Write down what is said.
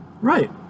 Right